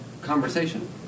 conversation